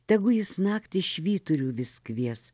tegu jis naktį švyturiu vis kvies